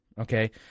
Okay